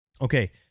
Okay